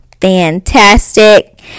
fantastic